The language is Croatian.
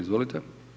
Izvolite.